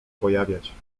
pojawiać